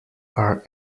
are